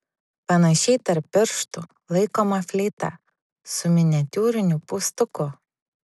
panašiai tarp pirštų laikoma fleita su miniatiūriniu pūstuku